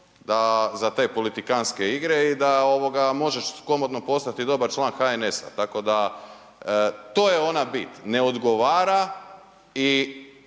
za te politikantske igre i da ovoga možeš komotno postati dobar član HNS-a. Tako da, to je ona bit, ne odgovara i